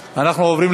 2015,